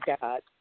God